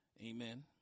amen